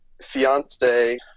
Fiance